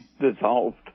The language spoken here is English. dissolved